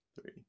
three